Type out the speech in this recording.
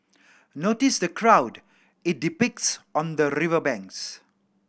notice the crowd it depicts on the river banks